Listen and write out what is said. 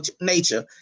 nature